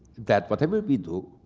that whatever we do,